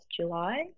July